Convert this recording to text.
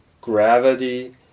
gravity